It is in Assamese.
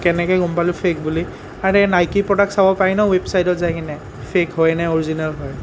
কেনেকৈ গম পালো ফেক বুলি আৰে নাইকীৰ প্ৰডাক্ট চাব পাৰি ন ৱেবচাইটত যাই কিনে ফেক হয়নে অ'ৰ্জিনেল হয়